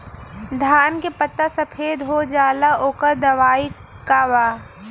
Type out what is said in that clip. धान के पत्ता सफेद हो जाला ओकर दवाई का बा?